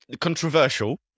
controversial